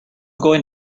going